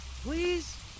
Please